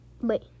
wait